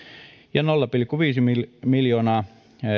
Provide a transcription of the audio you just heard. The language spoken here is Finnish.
ja nolla pilkku viisi miljoonaa